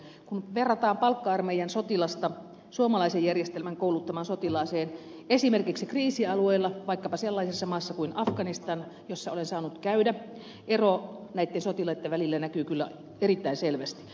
kun verrataan palkka armeijan sotilasta suomalaisen järjestelmän kouluttamaan sotilaaseen esimerkiksi kriisialueella vaikkapa sellaisessa maassa kuin afganistan jossa olen saanut käydä ero näitten sotilaitten välillä näkyy kyllä erittäin selvästi